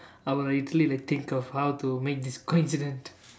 I would like literally like think of how to make this coincident